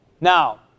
Now